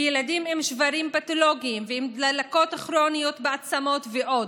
ילדים עם שברים פתולוגיים ועם דלקות כרוניות בעצמות ועוד.